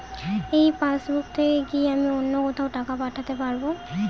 এই পাসবুক থেকে কি আমি অন্য কোথাও টাকা পাঠাতে পারব?